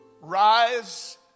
Rise